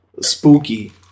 Spooky